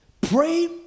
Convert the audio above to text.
pray